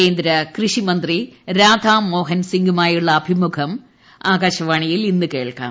കേന്ദ്ര കൃഷിമന്ത്രി രാൾട്ട്മോഹൻസിംഗുമായുള്ള അഭിമുഖം ആകാശവാണിയിൽ ഇന്ന് കേൾക്കാം